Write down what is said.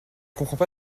comprends